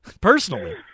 personally